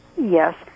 Yes